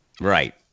Right